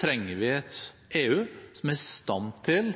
trenger vi et EU som er i stand til